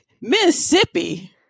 Mississippi